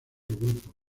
grupos